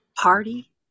Party